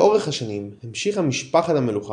לאורך השנים המשיכה משפחת המלוכה